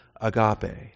agape